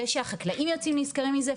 זה שהחקלאים יוצאים נשכרים מזה,